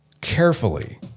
carefully